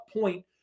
point